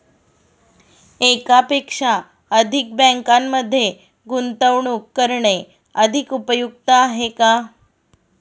एकापेक्षा अधिक बँकांमध्ये गुंतवणूक करणे अधिक उपयुक्त आहे का?